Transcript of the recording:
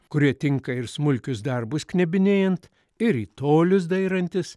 kurie tinka ir smulkius darbus knebinėjant ir į tolius dairantis